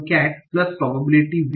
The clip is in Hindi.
cat probability V